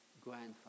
grandfather